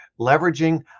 leveraging